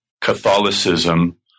Catholicism